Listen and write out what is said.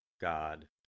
God